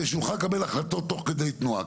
נוכל לקבל החלטות תוך כדי תנועה.